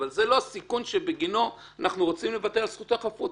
אבל זה לא סיכון שבגינו אנחנו רוצים לוותר על זכות החפות,